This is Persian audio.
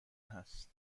هست